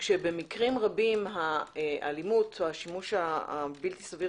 במקרים רבים האלימות או השימוש הבלתי סביר